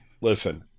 Listen